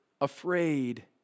afraid